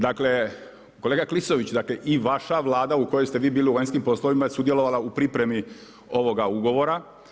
Dakle, kolega Klisović i vaša Vlada u kojoj ste vi bili u vanjskim poslovima je sudjelovala u pripremi ovoga ugovora.